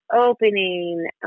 opening